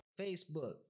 Facebook